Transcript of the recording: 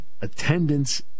Attendance